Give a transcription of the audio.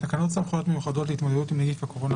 תקנות סמכויות מיוחדות להתמודדות עם נגיף הקורונה